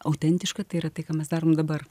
autentiška tai yra tai ką mes darom dabar